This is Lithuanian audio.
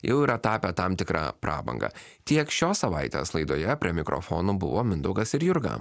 jau yra tapę tam tikra prabanga tiek šios savaitės laidoje prie mikrofono buvo mindaugas ir jurga